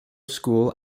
school